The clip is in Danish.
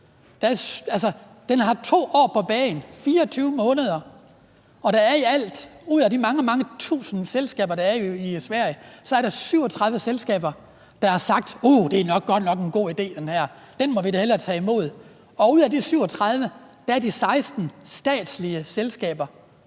Den har 2 år på bagen, altså 24 måneder, og der er i alt ud af de mange, mange tusinde selskaber, der er i Sverige, 37 selskaber, der har sagt: Det her er godt nok en god idé; den må vi da hellere tage imod. Og ud af de 37 er de 21 statslige selskaber.